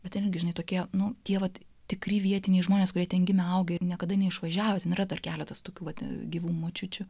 bet ten irgi žinai tokie nu tie vat tikri vietiniai žmonės kurie ten gimę augę ir niekada neišvažiavo ten yra dar keletas tokių pat gyvų močiučių